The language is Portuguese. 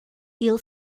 ele